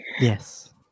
Yes